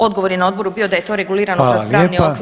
Odgovor je na Odboru bio da je to regulirano kroz pravni okvir.